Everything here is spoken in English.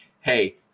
Hey